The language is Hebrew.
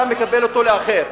אתה מקבל אותו לאחר.